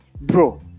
bro